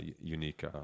unique